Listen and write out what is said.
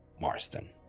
Marston